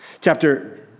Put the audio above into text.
Chapter